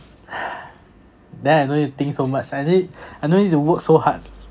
then I no need to think so much I no need I no need to work so hard